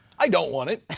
i don't want it.